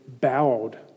bowed